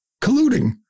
colluding